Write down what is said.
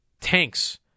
Tanks